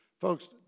Folks